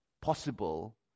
possible